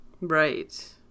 Right